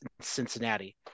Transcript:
Cincinnati